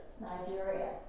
Nigeria